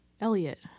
Elliot